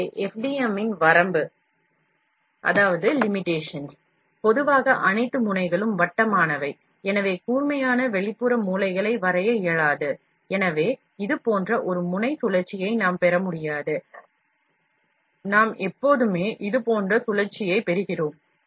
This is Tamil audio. எனவே FDM இன் வரம்பு பொதுவாக அனைத்து முனைகளும் வட்டமானவை எனவே கூர்மையான வெளிப்புற மூலைகளை வரைய இயலாது எனவே இது போன்ற ஒரு முனை சுழற்சியை நாம் பெற முடியாது நாம் எப்போதுமே இதுபோன்ற சுழற்சியைப் பெறுகிறோம்